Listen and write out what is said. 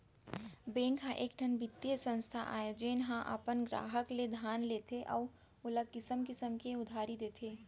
bank ह एकठन बित्तीय संस्था आय जेन ह अपन गराहक ले धन लेथे अउ ओला किसम किसम के उधारी देथे